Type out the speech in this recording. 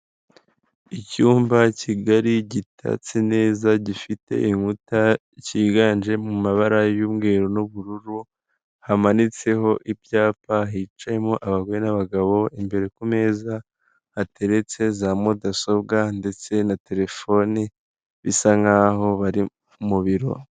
Icyumba kigari gitatse neza gifite inkuta cyiganje mu mabara y'umweru n'ubururu hamanitseho ibyapa hicayemo abagore n'abagabo imbere ku meza hateretse za mudasobwa ndetse na terefoni bisa nk'aho bari mu biro.